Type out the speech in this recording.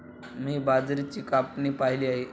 मी बाजरीची कापणी पाहिली आहे